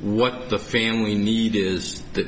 what the family need is that